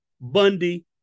Bundy